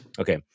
okay